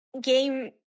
game